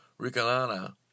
Ricanana